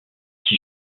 qui